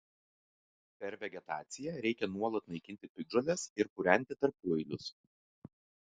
per vegetaciją reikia nuolat naikinti piktžoles ir purenti tarpueilius